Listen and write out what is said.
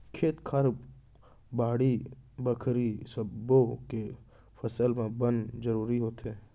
खेत खार, बाड़ी बखरी सब्बो के फसल म बन जरूर होथे